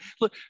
Look